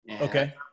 Okay